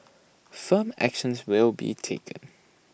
firm actions will be taken